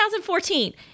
2014